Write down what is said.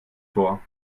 vor